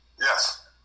Yes